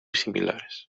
similares